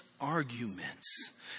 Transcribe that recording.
arguments